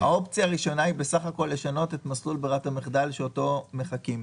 האופציה הראשונה היא בסך הכל לשנות את מסלול ברירת המחדל שאותו מחקים,